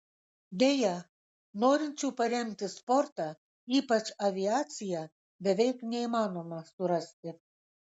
deja norinčių paremti sportą ypač aviaciją beveik neįmanoma surasti